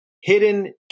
hidden